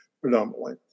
predominantly